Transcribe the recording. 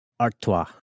Artois